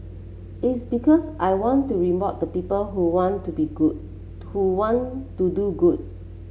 it's because I want to reward the people who want to be good who want to do good